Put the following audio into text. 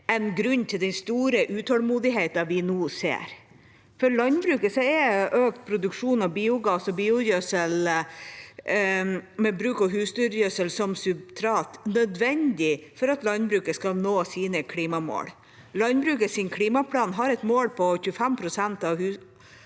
én grunn til den store utålmodigheten vi nå ser. For landbruket er økt produksjon av biogass og biogjødsel med bruk av husdyrgjødsel som substrat nødvendig for at landbruket skal nå sine klimamål. Landbrukets klimaplan har et mål om at 25 pst. av husdyrgjødselen